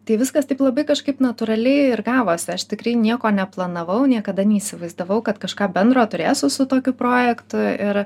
tai viskas taip labai kažkaip natūraliai ir gavosi aš tikrai nieko neplanavau niekada neįsivaizdavau kad kažką bendro turėsiu su tokiu projektu ir